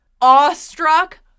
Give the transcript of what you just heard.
awestruck